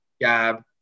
Gab